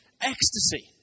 ecstasy